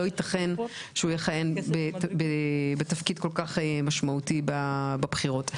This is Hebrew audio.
לא ייתכן שהוא יכהן בתפקיד כל כך משמעותי בבחירות.